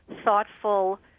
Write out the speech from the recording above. thoughtful